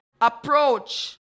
approach